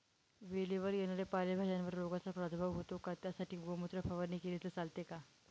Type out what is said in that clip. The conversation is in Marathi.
वेलीवर येणाऱ्या पालेभाज्यांवर रोगाचा प्रादुर्भाव होतो का? त्यासाठी गोमूत्र फवारणी केली तर चालते का?